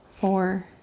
four